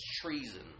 treason